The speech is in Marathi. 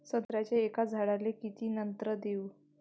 संत्र्याच्या एका झाडाले किती नत्र देऊ?